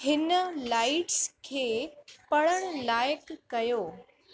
हिन लाइट्स खे पढ़ण लाइक़ु कयो